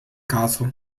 caso